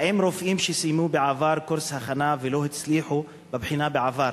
האם הרופאים שסיימו בעבר קורס הכנה ולא הצליחו בבחינה בעבר